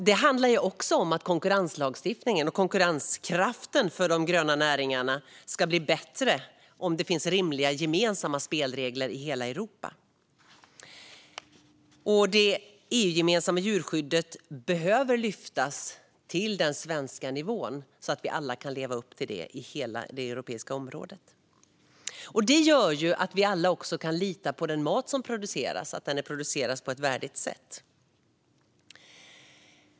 Det handlar också om att konkurrenslagstiftningen och konkurrenskraften för de gröna näringarna blir bättre om det finns rimliga gemensamma spelregler i hela Europa. Det EU-gemensamma djurskyddet behöver lyftas till den svenska nivån, så att vi alla kan leva upp till den i hela det europeiska området. Det gör att vi alla också kan lita på att maten produceras på ett värdigt sätt.